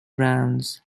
rounds